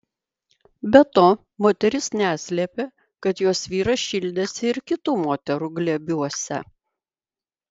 be to moteris neslėpė kad jos vyras šildėsi ir kitų moterų glėbiuose